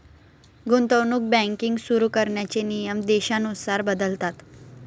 गुंतवणूक बँकिंग सुरु करण्याचे नियम देशानुसार बदलतात